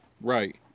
Right